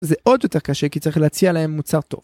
זה עוד יותר קשה כי צריך להציע להם מוצר טוב